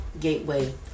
Gateway